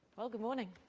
well, good morning.